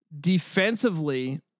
defensively